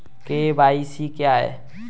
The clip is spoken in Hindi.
के.वाई.सी क्या है?